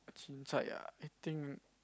chincai ah I think